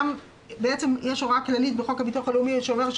יש הוראה כללית בחוק הביטוח הלאומי שאומרת